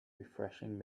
refreshing